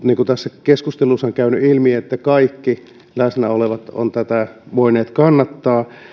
niin kuin tässä keskustelussa on käynyt ilmi että kaikki läsnä olevat ovat tätä voineet kannattaa